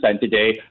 today